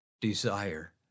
desire